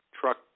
truck